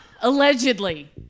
Allegedly